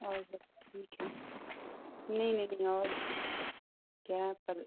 और बताइए क्या नई नहीं नहीं और क्या पर